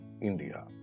India